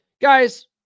Guys